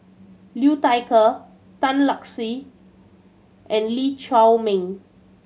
Liu Thai Ker Tan Lark Sye and Lee Chiaw Meng